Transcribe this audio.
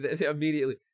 immediately